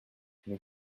nous